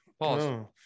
Pause